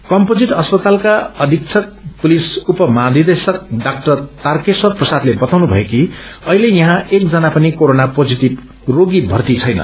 composite अस्पतालम्ब अधीक्षक police उप महानिदेशक डाक्टर तारकेश्वर प्रसादले बताउनु भयो कि अहिले यहाँ एकजना पनि कोरोना पोजीटिष रोगी भर्ती छैन